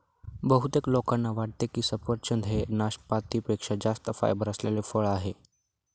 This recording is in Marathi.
बहुतेक लोकांना वाटते की सफरचंद हे नाशपाती पेक्षा जास्त फायबर असलेले फळ आहे